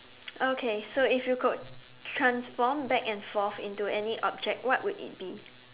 okay so if you could transform back and forth into any object what would it be